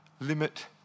limit